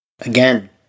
Again